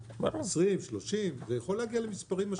20, 30, זה יכול להגיע למספרים משמעותיים.